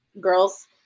Girls